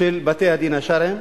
של בתי-הדין השרעיים,